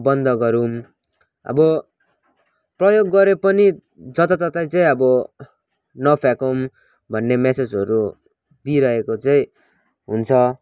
बन्द गरौँ अब प्रयोग गरे पनि जताततै चाहिँ अब नफ्याँकौँ भन्ने म्यासेजहरू दिइरहेको चाहिँ हुन्छ